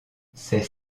ses